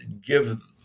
give